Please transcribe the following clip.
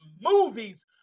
movies